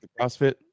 CrossFit